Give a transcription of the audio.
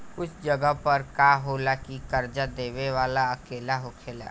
कुछ जगह पर का होला की कर्जा देबे वाला अकेला होखेला